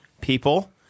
people